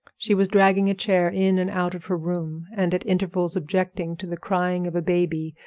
she was dragging a chair in and out of her room, and at intervals objecting to the crying of a baby,